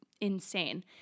insane